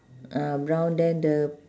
ah brown then the